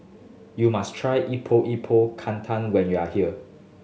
you must try Epok Epok Kentang when you are here